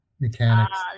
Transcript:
mechanics